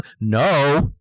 no